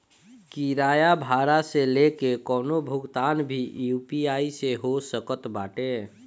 किराया भाड़ा से लेके कवनो भुगतान भी यू.पी.आई से हो सकत बाटे